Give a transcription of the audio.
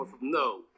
no